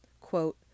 Quote